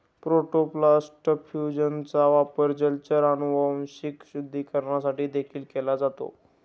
protoplast फ्यूजनचा वापर जलचर अनुवांशिक शुद्धीकरणासाठी देखील केला जातो